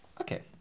okay